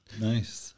Nice